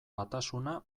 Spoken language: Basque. batasuna